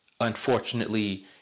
unfortunately